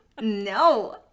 no